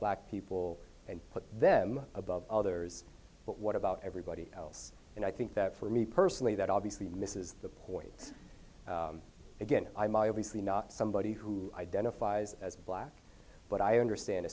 black people and put them above others but what about everybody else and i think that for me personally that obviously misses the point again i my obviously not somebody who identifies as black but i understand